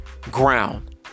ground